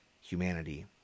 humanity